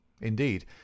Indeed